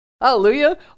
Hallelujah